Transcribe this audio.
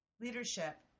leadership